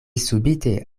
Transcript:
subite